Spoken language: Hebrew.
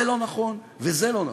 זה לא נכון, וזה לא נכון.